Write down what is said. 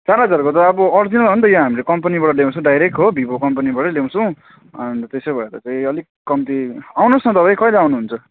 चार हजारको त अब ओरिजिनल हो नि त यहाँ हामीले कम्पनीबाट ल्याउँछु डाइरेक्ट हो भिभो कम्पनीबाटै ल्याउँछौँ अन्त त्यसो भएर चाहिँ अलिक कम्ती आउनुहोस् न तपाईँ कहिले आउनुहुन्छ